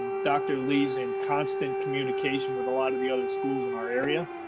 dr. lee's in constant communication with a lot of the other schools in our area.